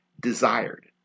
desired